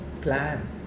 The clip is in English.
plan